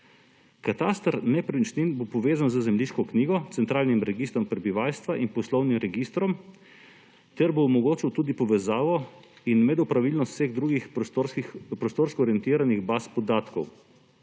Kataster nepremičnin bo povezan z zemljiško knjigo, centralnim registrom prebivalstva in poslovnim registrom ter bo omogočal tudi povezavo in medopravilnost vseh drugih prostorsko orientiranih baz podatkov.